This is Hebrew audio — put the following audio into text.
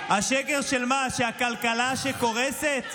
השקר של מה, של הכלכלה שקורסת?